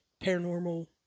Paranormal